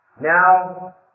Now